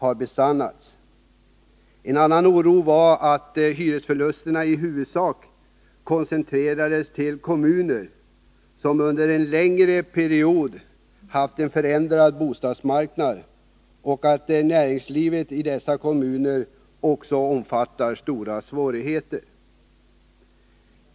En annan anledning till oro var att hyresförlusterna i huvudsak koncentrerades till kommuner, som under en längre period haft en förändrad bostadsmarknad och att näringslivet i dessa kommuner också har stora svårigheter.